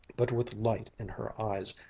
but with light in her eyes,